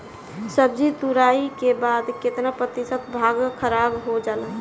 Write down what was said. सब्जी तुराई के बाद केतना प्रतिशत भाग खराब हो जाला?